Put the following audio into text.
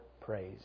praise